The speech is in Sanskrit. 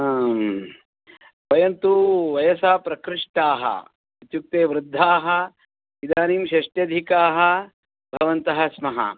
हा वयं तु वयसा प्रकृष्टाः इत्युक्ते वृद्धाः इदानीं षष्ट्यधिकाः भवन्तः स्मः